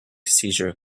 seizure